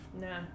No